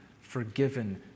forgiven